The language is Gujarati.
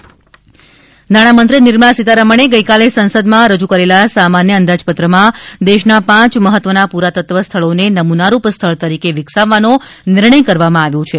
ધોળાવીરા નાણાંમંત્રી નિર્મળા સિતારામ ણે ગઇકાલે સંસદમાં રજૂ કરેલા સામાન્ય અંદાજપત્રમાં દેશના પાંચ મહત્વના પુરાતત્વ સ્થળોને નમૂનારૂપ સ્થળ કરીકે વિકસાવાવનો નિર્ણય કરવામાં આવ્યો છે